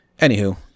anywho